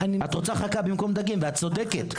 ואת צודקת,